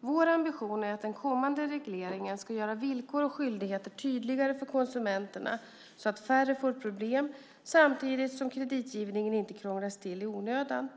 Vår ambition är att den kommande regleringen ska göra villkor och skyldigheter tydligare för konsumenterna så att färre får problem samtidigt som kreditgivningen inte krånglas till i onödan.